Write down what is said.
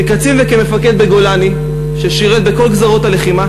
כקצין וכמפקד בגולני ששירת בכל גזרות הלחימה